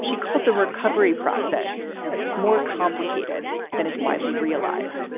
she called the recovery process more complicated than is widely realized